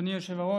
אדוני היושב-ראש,